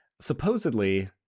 Supposedly